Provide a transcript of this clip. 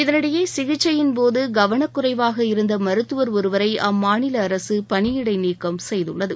இதனிடையே சிகிச்சையின் போது கவனக்குறைவாக இருந்த மருத்துவர் ஒருவரை அம்மாநில அரசு பணியிடை நீக்கம் செய்துள்ளது